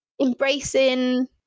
embracing